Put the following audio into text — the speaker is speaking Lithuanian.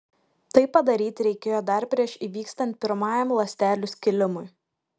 tai padaryti reikėjo dar prieš įvykstant pirmajam ląstelių skilimui